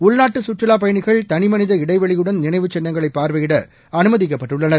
உள்நாட்டு கற்றுவாப் பயணிகள் தனிமனித இடைவெளியுடன் நினைவுச் சின்னங்களை பார்வையிட அனுமதிக்கப்பட்டுள்ளனர்